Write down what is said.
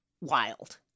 wild